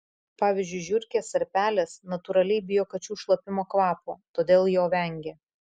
pavyzdžiui žiurkės ar pelės natūraliai bijo kačių šlapimo kvapo todėl jo vengia